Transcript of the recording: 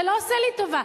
זה לא עושה לי טובה.